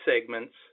segments